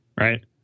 right